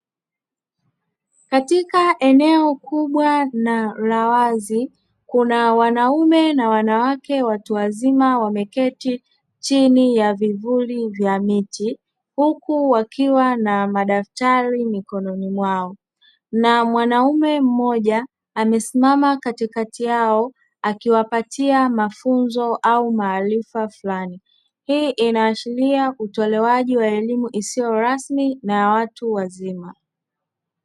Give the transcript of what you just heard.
Katika eneo kubwa na la wazi kuna wanaume na wanawake watu wazima wameketi chini ya vivuli vya miti, huku wakiwa na madaftari mikononi mwao, na mwanaume mmoja amesimama katikati yao akiwapatia mafunzo au maarifa fulani; hii inaashiria utolewaji wa elimu isiyo rasmi na ya watu wazima.